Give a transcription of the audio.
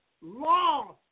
lost